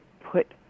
put